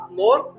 more